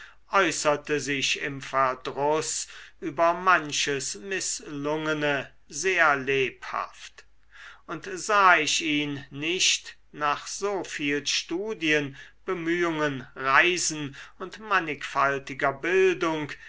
äußerte sich im verdruß über manches mißlungene sehr lebhaft und sah ich ihn nicht nach so viel studien bemühungen reisen und mannigfaltiger bildung